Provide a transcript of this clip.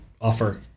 offer